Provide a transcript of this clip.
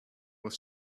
was